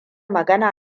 magana